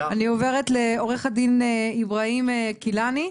אני עוברת לעו"ד איברהים כילאני,